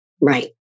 Right